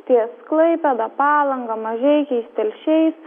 ties klaipėda palanga mažeikiais telšiais